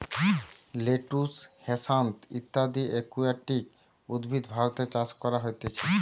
lettuce, হ্যাসান্থ ইত্যদি aquatic উদ্ভিদ ভারতে চাষ করা হতিছে